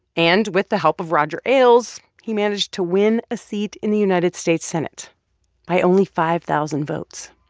and with the help of roger ailes, he managed to win a seat in the united states senate by only five thousand votes.